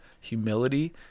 humility